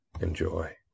Enjoy